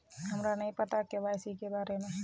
हमरा नहीं पता के.वाई.सी के बारे में?